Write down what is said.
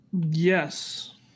Yes